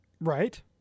Right